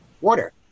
water